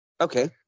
Okay